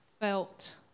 felt